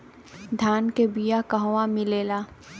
धान के बिया कहवा मिलेला?